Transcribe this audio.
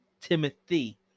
timothy